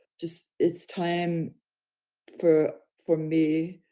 just it's time for, for me,